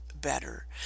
better